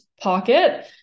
pocket